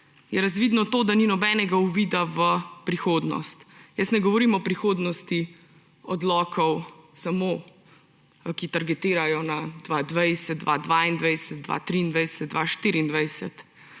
je razvidno to, da ni nobenega uvida v prihodnost. Ne govorim samo o prihodnosti odlokov, ki targetirajo na 2020, 2022, 2023, 2024,